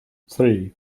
three